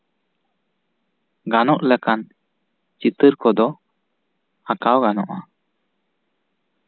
ᱜᱟᱱᱚᱜ ᱞᱮᱠᱟᱱ ᱪᱤᱛᱟᱹᱨ ᱠᱚᱫᱚ ᱟᱸᱠᱟᱣ ᱜᱟᱱᱚᱜᱼᱟ